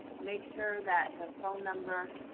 make sure that the phone number,